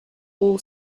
all